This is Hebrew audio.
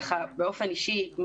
ככה באופן אישי,